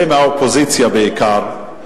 אלה מהאופוזיציה בעיקר,